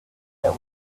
that